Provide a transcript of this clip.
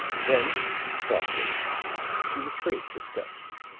then softly she retraced her steps